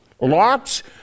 Lots